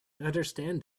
understand